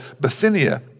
Bithynia